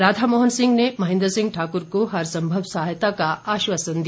राधामोहन सिंह ने महेन्द्र सिंह ठाकुर को हर सम्भव सहायता का आश्वासन दिया